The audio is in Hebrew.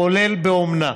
כולל באומנה.